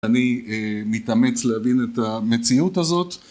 אני מתאמץ להבין את המציאות הזאת